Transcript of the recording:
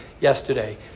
yesterday